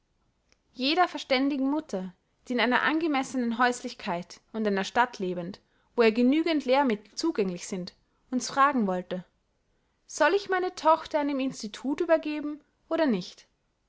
jeder verständigen mutter die in einer angemessnen häuslichkeit und einer stadt lebend wo ihr genügende lehrmittel zugänglich sind uns fragen wollte soll ich meine tochter einem institut übergeben oder nicht